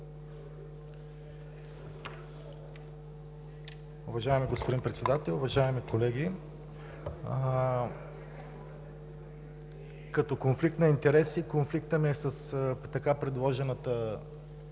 Уважаеми господин Председател, уважаеми колеги! Като конфликт на интереси, конфликтът ми е с така предложеното